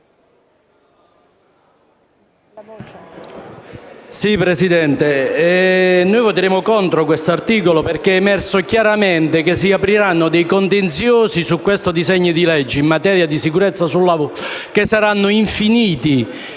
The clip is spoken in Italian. Presidente, voteremo contro questo articolo perché è emerso chiaramente che si apriranno dei contenziosi infiniti sul disegno di legge in materia di sicurezza sul lavoro. L'esempio lampante